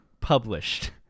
published